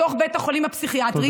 בתוך בית החולים הפסיכיאטרי,